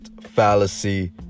fallacy